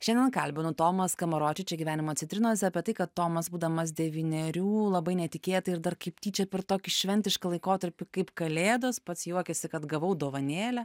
šiandien kalbinu tomą skamaročių čia gyvenimo citrinos apie tai kad tomas būdamas devynerių labai netikėtai ir dar kaip tyčia per tokį šventišką laikotarpį kaip kalėdas pats juokiasi kad gavau dovanėlę